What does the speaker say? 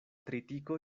tritiko